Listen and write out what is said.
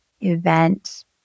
event